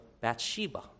Bathsheba